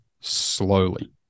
slowly